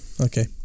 okay